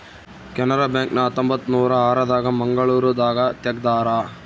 Canara bank ನ ಹತ್ತೊಂಬತ್ತನೂರ ಆರ ದಾಗ ಮಂಗಳೂರು ದಾಗ ತೆಗ್ದಾರ